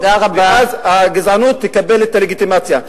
ואז הגזענות תקבל את הלגיטימציה,